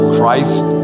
Christ